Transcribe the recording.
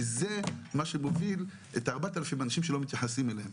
כי זה מה שמוביל את ה-4,000 אנשים שלא מתייחסים אליהם.